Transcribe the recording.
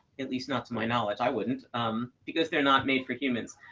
at least not to my knowledge. i wouldn't because they're not made for humans.